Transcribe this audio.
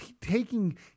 taking